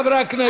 חברי הכנסת,